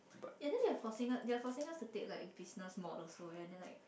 and then they are forcing us they are forcing us to take like business mode also leh and then like